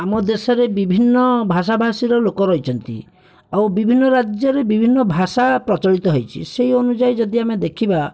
ଆମ ଦେଶରେ ବିଭିନ୍ନ ଭାଷାଭାଷିର ଲୋକ ରହିଛନ୍ତି ଆଉ ବିଭିନ୍ନ ରାଜ୍ୟରେ ବିଭିନ୍ନ ଭାଷା ପ୍ରଚଳିତ ହୋଇଛି ସେଇ ଅନୁଯାୟୀ ଆମେ ଯଦି ଦେଖିବା